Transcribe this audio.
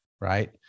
right